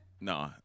No